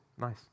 Nice